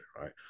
right